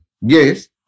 Yes